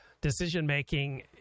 decision-making